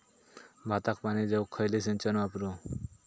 भाताक पाणी देऊक खयली सिंचन वापरू?